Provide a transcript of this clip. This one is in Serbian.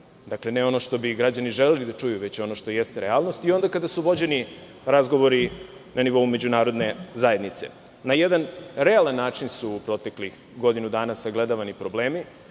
dakle, ne ono što bi građani želeli da čuju, već ono jeste realnost i onda kada su vođeni razgovori na nivou međunarodne zajednice. Na jedan realan način su u proteklih godinu dana sagledavani problemi.